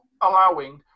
allowing